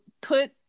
put